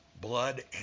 blood